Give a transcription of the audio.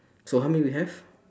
so how many we have